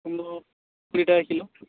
কুমড়ো কুড়ি টাকা কিলো